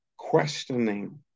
questioning